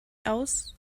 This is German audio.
aus